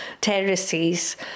terraces